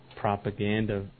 propaganda